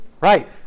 Right